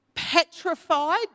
petrified